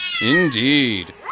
Indeed